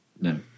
No